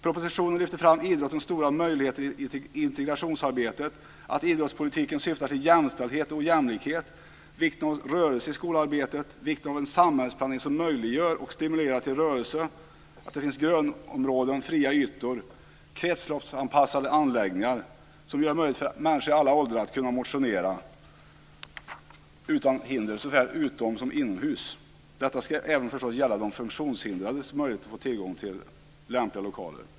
Propositionen lyfter fram idrottens stora möjligheter i integrationsarbetet, att idrottspolitiken syftar till jämställdhet och jämlikhet, vikten av rörelse i skolarbetet och vikten av en samhällsplanering som möjliggör och stimulerar till rörelse. Det är viktigt att det finns grönområden, fria ytor och kretsloppsanpassade anläggningar som gör det möjligt för människor i alla åldrar att kunna motionera utan hinder såväl utomhus som inomhus. Även funktionshindrade ska förstås ha möjligheter att få tillgång till lämpliga lokaler.